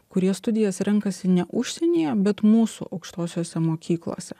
kurie studijas renkasi ne užsienyje bet mūsų aukštosiose mokyklose